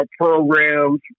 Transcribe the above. programs